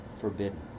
forbidden